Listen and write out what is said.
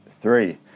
Three